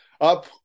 up